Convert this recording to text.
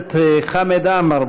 הכנסת חמד עמאר,